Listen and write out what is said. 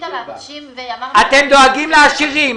--- על האנשים --- אתם דואגים לעשירים,